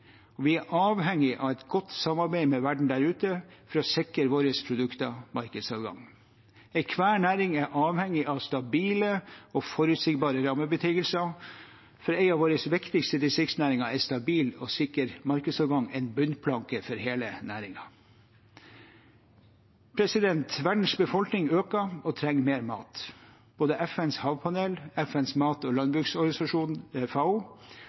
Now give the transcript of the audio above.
og vi er avhengig av et godt samarbeid med verden der ute for å sikre våre produkter markedsadgang. Enhver næring er avhengig av stabile og forutsigbare rammebetingelser. For en av våre viktigste distriktsnæringer er stabil og sikker markedsadgang en bunnplanke for hele næringen. Verdens befolkning øker og trenger mer mat. Både FNs havpanel, FNs mat- og landbruksorganisasjon, FAO,